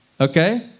Okay